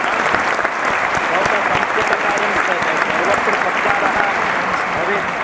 हा भवतां संस्कृतकार्यं सर्वत्र प्रचारः भवेत्